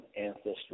ancestry